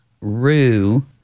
rue